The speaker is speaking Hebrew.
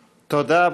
תודה.